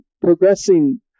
progressing